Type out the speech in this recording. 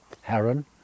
heron